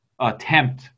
attempt